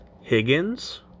Higgins